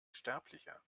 sterblicher